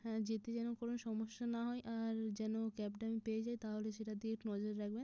হ্যাঁ যেতে যেন কোনো সমস্যা না হয় আর যেন ক্যাবটা আমি পেয়ে যাই তাহলে সেটার দিকে একটু নজর রাখবেন